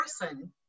person